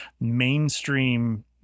mainstream